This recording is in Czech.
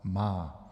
Má.